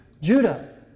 Judah